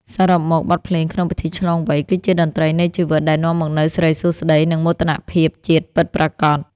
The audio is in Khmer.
សរុបមក បទភ្លេងក្នុងពិធីឆ្លងវ័យ គឺជាតន្ត្រីនៃជីវិតដែលនាំមកនូវសិរីសួស្ដី និងមោទនភាពជាតិពិតប្រាកដ។